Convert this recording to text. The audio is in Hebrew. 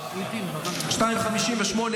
14:58,